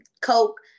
Coke